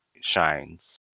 shines